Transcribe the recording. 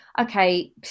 okay